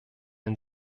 ein